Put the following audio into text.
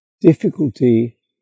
difficulty